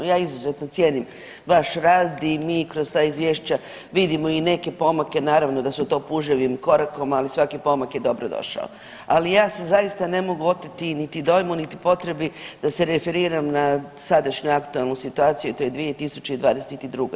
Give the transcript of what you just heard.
Ja izuzetno cijenim vaš rad i mi kroz ta izvješća vidimo i neke pomake, naravno da su to puževim korakom ali svaki pomak je dobro došao, ali ja se zaista ne mogu oteti niti dojmu niti potrebi da se referiram na sadašnju aktualnu situaciju, a to je 2022.